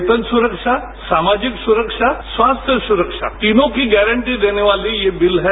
वेतन सुरक्षा सामाजिक सुरक्षा स्वास्थ्य सुरक्षा तीनों की गारंटी देने वाली यह बिल है